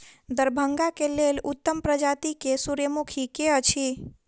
दरभंगा केँ लेल उत्तम प्रजाति केँ सूर्यमुखी केँ अछि?